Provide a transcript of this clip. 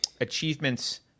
achievements